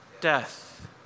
death